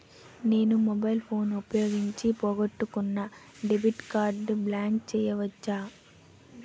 నేను mobile phone ఉపయోగించి పోగొట్టుకున్న డెబిట్ కార్డ్ని బ్లాక్ చేయవచ్చా?